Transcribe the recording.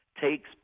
takes